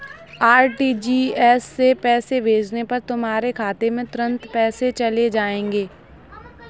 RTGS से पैसे भेजने पर तुम्हारे खाते में तुरंत पैसे चले जाएंगे